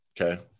okay